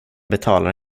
betalar